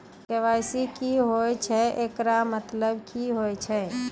KYC की होय छै, एकरो मतलब की होय छै?